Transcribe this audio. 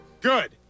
Good